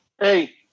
Hey